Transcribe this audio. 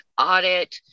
audit